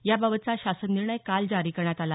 याबाबतचा शासन निर्णय काल जारी करण्यात आला